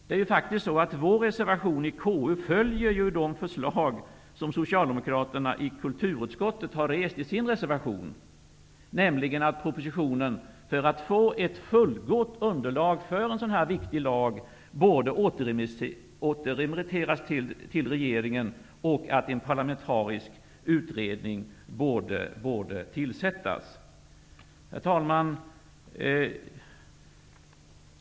Vår reservation i konstitutionsutskottets betänkande följer ju de förslag som socialdemokraterna i kulturutskottet har rest i sin reservation, nämligen att propositionen borde återremitteras till regeringen, för att man skall få ett fullgott underlag för en så viktig lag, och att en parlamentarisk utredning borde tillsättas. Herr talman!